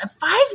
Five